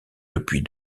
depuis